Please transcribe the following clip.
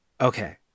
Okay